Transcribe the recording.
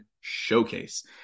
showcase